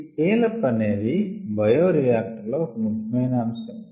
ఈ scale up అనేది bioreactor లో ఒక ముఖ్య మైన అంశం